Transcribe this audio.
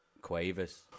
Quavers